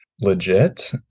legit